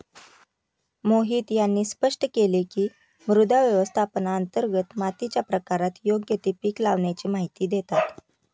मोहित यांनी स्पष्ट केले की, मृदा व्यवस्थापनांतर्गत मातीच्या प्रकारात योग्य ते पीक लावाण्याची माहिती देतात